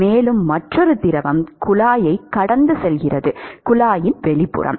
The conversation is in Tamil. மேலும் மற்றொரு திரவம் குழாயைக் கடந்து செல்கிறது குழாயின் வெளிப்புறம்